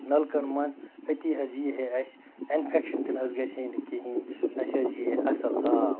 نَلکَن منٛز أتی حظ یی ہے اَسہِ اِنفٮ۪کشَن تہِ نہ حظ گَژھِ ہے نہٕ کِہیٖنۍ اَسہِ حظ یی ہے اَصٕل آب